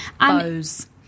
Bows